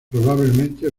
probablemente